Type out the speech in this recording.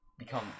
become